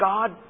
God